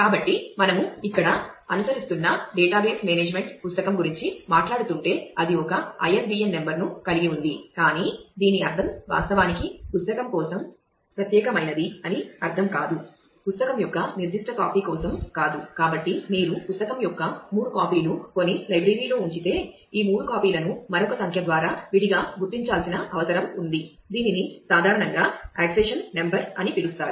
కాబట్టి మనము ఇక్కడ అనుసరిస్తున్న డేటాబేస్ మేనేజ్మెంట్ అని పిలుస్తారు